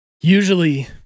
Usually